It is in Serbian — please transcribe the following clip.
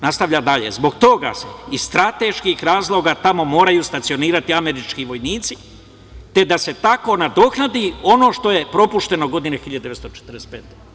Nastavlja dalje, zbog toga, iz strateških razloga, tamo se moraju stacionirati američki vojnici, te da se tako nadoknadi ono što je propušteno godine 1945.